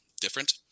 different